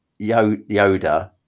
Yoda